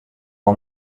all